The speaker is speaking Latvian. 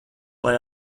lai